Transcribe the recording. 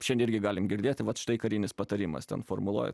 šiandien irgi galim girdėti vat štai karinis patarimas ten formuluoja